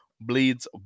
bleeds